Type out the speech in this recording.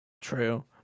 True